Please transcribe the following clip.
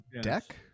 deck